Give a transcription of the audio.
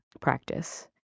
practice